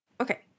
okay